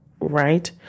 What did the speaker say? right